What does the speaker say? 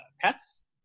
Pets